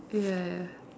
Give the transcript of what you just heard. ya ya